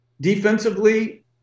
Defensively